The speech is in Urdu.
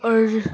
اور